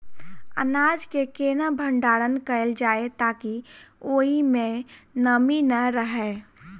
अनाज केँ केना भण्डारण कैल जाए ताकि ओई मै नमी नै रहै?